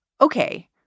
okay